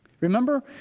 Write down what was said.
Remember